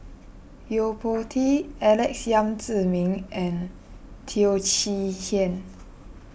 Yo Po Tee Alex Yam Ziming and Teo Chee Hean